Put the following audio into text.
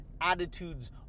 attitudes